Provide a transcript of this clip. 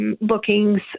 Bookings